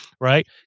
right